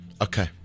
Okay